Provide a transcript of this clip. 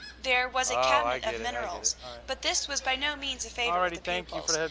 there was a cabinet of minerals but this was by no means a favorite with the pupils,